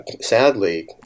Sadly